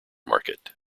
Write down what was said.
market